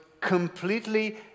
completely